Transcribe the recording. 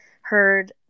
heard